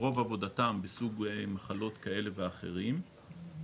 רוב עבודתם בסוגי מחלות כאלו ואחרות,